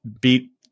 beat